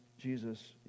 Jesus